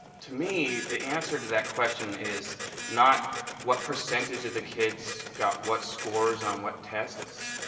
to me the answer to that question is not what percentage of the kids got what scores on what tests.